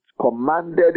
commanded